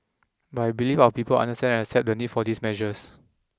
but I believe our people understand and accept the need for these measures